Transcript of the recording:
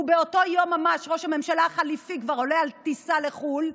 ובאותו יום ממש ראש הממשלה החליפי כבר עולה על טיסה לחו"ל,